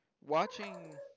watching